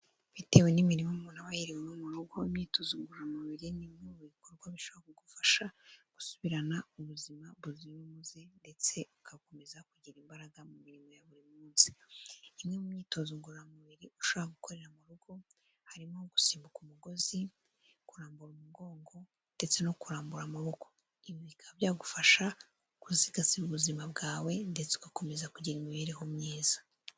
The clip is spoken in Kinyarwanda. Bitewe n'imiririmo umuntu aba yiriwemo mu rugo imyitozo ngororamubiri ni imwe mu bikorwa bishobora kugufasha gusubirana ubuzima buzira umuze ndetse ugakomeza kugira imbaraga mu mirimo ya buri munsi. Imwe mu myitozo ngororamubiri ushobora gukorera mu rugo harimo gusimbuka umugozi, kurambura umugongo ndetse no kurambura amaboko, ibi bikaba byagufasha kusigasira ubuzima bwawe ndetse ugakomeza kugira imibereho myiza.